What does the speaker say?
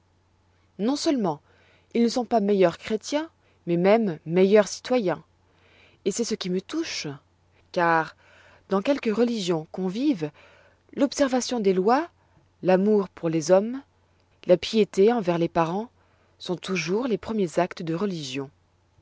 non-seulement ils ne sont pas meilleurs chrétiens mais même meilleurs citoyens et c'est ce qui me touche car dans quelque religion qu'on vive l'observation des lois l'amour pour les hommes la piété envers les parents sont toujours les premiers actes de religion